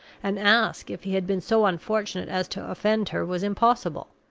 and ask if he had been so unfortunate as to offend her, was impossible.